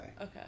Okay